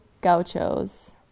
gauchos